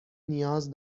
نیاز